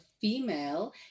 female